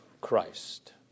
Christ